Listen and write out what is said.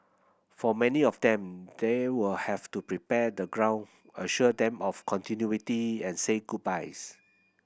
for many of them they will have to prepare the ground assure them of continuity and say goodbyes